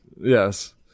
Yes